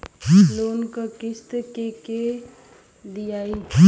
Loan क किस्त के के दियाई?